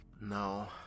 No